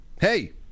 Hey